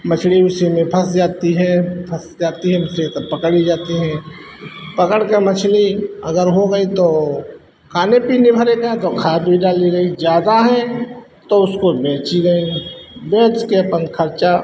मछली उसी में फँस जाती है फँस जाती है उसे तब पकड़ ली जाती है पकड़कर मछली अगर हो गई तो खाने पीने भर का तो खा पी डाली गई ज़्यादा है तो उसको बेची गई बेचकर अपना खर्चा